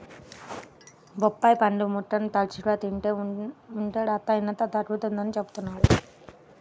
బొప్పాయి పండు ముక్కలు తరచుగా తింటూ ఉంటే రక్తహీనత తగ్గుతుందని చెబుతున్నారు